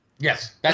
Yes